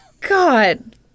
God